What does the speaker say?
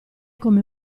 come